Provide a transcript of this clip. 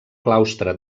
claustre